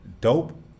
dope